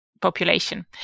population